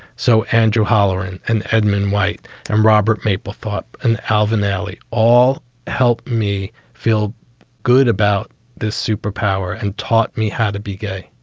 so andrew holleran and edmund white and robert mapplethorpe and alvin ailey all helped me feel good about this superpower and taught me how to be gay.